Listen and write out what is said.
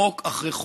חוק אחרי חוק.